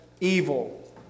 evil